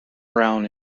brown